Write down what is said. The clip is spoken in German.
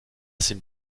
sind